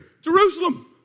Jerusalem